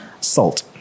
Salt